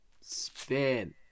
Spin